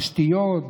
תשתיות,